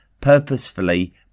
purposefully